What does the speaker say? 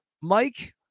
Mike